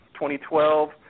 2012